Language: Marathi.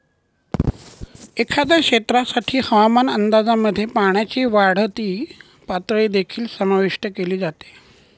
एखाद्या क्षेत्रासाठी हवामान अंदाजामध्ये पाण्याची वाढती पातळी देखील समाविष्ट केली जाते